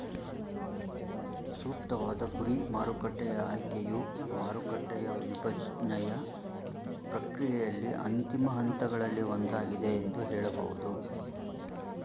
ಸೂಕ್ತವಾದ ಗುರಿ ಮಾರುಕಟ್ಟೆಯ ಆಯ್ಕೆಯು ಮಾರುಕಟ್ಟೆಯ ವಿಭಜ್ನೆಯ ಪ್ರಕ್ರಿಯೆಯಲ್ಲಿ ಅಂತಿಮ ಹಂತಗಳಲ್ಲಿ ಒಂದಾಗಿದೆ ಎಂದು ಹೇಳಬಹುದು